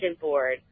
board